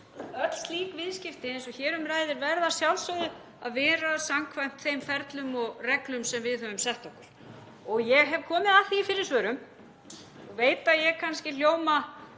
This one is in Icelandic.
öll slík viðskipti eins og hér um ræðir verða að sjálfsögðu að vera samkvæmt þeim ferlum og reglum sem við höfum sett okkur. Ég hef komið að því í fyrri svörum — og veit að kannski hljóma